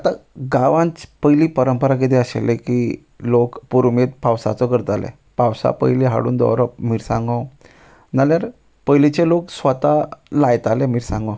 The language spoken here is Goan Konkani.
आतां गांवांत पयली परंपरा कितें आशिल्ले की लोक पुरुमेत पावसाचो करताले पावसा पयली हाडून दवरप मिरसांगो नाल्यार पयलींचे लोक स्वता लायताले मिरसांगो